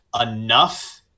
enough